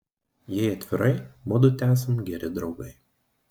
jei atvirai mudu tesam geri draugai